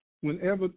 whenever